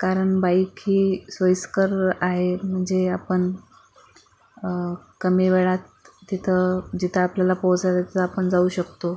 कारण बाइक ही सोईस्कर आहे म्हणजे आपण कमी वेळात तिथं जिथं आपल्याला पोचायचं आपण जाऊ शकतो